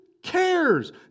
cares